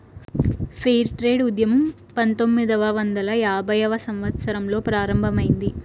fair trade ఉద్యమం పంతొమ్మిదవ వందల యాభైవ సంవత్సరంలో ప్రారంభమైంది